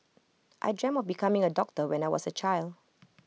I dreamt of becoming A doctor when I was A child